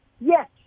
Yes